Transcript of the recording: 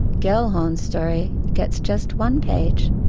gellhorn's story gets just one page,